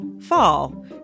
fall